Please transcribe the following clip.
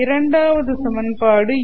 இரண்டாவது சமன்பாடு ஈ